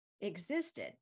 existed